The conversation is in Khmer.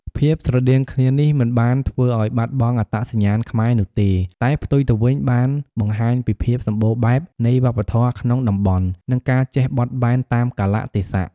ភាពស្រដៀងគ្នានេះមិនបានធ្វើឲ្យបាត់បង់អត្តសញ្ញាណខ្មែរនោះទេ តែផ្ទុយទៅវិញបានបង្ហាញពីភាពសម្បូរបែបនៃវប្បធម៌ក្នុងតំបន់ និងការចេះបត់បែនតាមកាលៈទេសៈ។